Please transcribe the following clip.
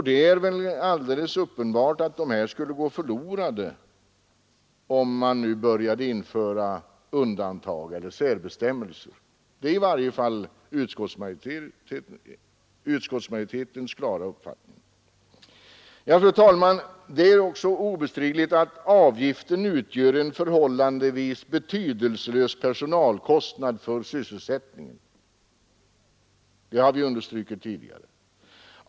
Det är väl alldeles uppenbart att dessa skulle gå förlorade om man började införa undantag eller särbestämmelser. Detta är i varje fall utskottsmajoritetens klara uppfattning. Fru talman! Det är också obestridligt att avgiften utgör en förhållandevis betydelselös personalkostnad ur sysselsättningssynpunkt. Det har vi understrukit tidigare.